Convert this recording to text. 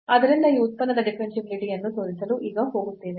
ಆದ್ದರಿಂದ ಈ ಉತ್ಪನ್ನದ ಡಿಫರೆನ್ಷಿಯಾಬಿಲಿಟಿ ಯನ್ನು ತೋರಿಸಲು ಈಗ ಹೋಗುತ್ತೇವೆ